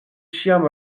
ĉiam